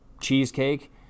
cheesecake